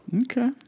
Okay